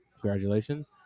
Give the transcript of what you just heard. Congratulations